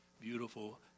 beautiful